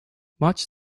maç